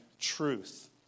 truth